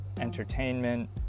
entertainment